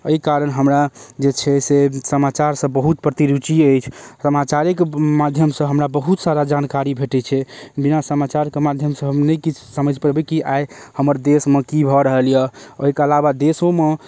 अइ कारण हमरा जे छै से समाचारसँ बहुत प्रति रूचि अछि समाचारेके माध्यमसँ हमरा बहुत सारा जानकारी भेटै छै बिना समाचारके माध्यमसँ हम नहि किछु समझि पबै कि आइ हमर देशमे कि भऽ रहल यऽ ओइके अलावा देशोमे